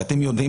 ואתם יודעים,